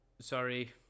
sorry